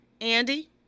Andy